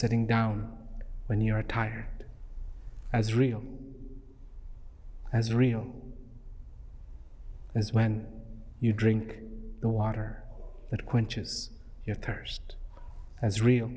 sitting down when you're tired as real as real as when you drink that quenches your thirst as real